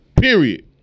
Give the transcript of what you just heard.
Period